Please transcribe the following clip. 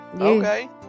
Okay